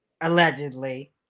Allegedly